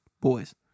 boys